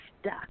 stuck